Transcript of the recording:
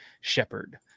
Shepherd